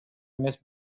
эмес